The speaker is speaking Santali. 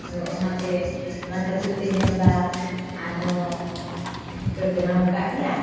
ᱟᱫᱚ ᱚᱱᱟ ᱛᱮ ᱚᱱᱟ ᱠᱷᱟᱹᱛᱤᱨ ᱛᱤᱧ ᱢᱮᱱ ᱮᱫᱟ ᱟᱨᱦᱚᱸ ᱦᱚᱸ ᱯᱮ ᱵᱮᱱᱟᱣ ᱟᱠᱟᱫ ᱜᱮᱭᱟ